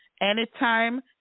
Anytime